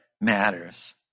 matters